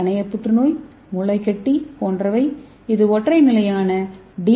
கணைய புற்றுநோய் மூளைக் கட்டி போன்றவை இந்த ஒற்றை நிலையான டி